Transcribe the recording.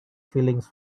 feelings